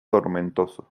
tomentoso